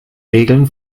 regeln